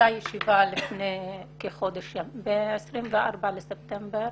לפני כחודש ימים הייתה ישיבה, ב-24 בספטמבר,